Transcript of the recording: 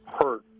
hurt